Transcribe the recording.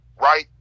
Right